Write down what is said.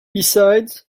besides